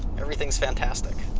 everything's fantastic.